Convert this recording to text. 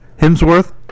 Hemsworth